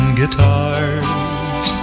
guitars